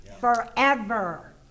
forever